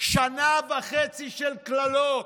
במשך שנה וחצי של קללות.